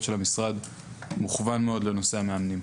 של המשרד מוכוון מאוד לנושא המאמנים.